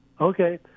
Okay